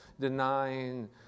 denying